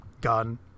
gun